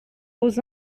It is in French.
aux